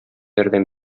ярдәм